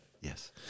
Yes